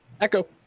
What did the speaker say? echo